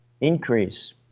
increase